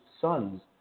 sons